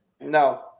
no